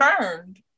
burned